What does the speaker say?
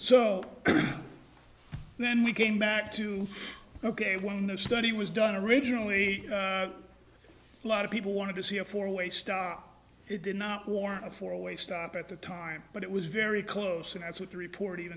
so then we came back to ok when the study was done originally a lot of people wanted to see a four way stop it did not warrant a four way stop at the time but it was very close and that's what the report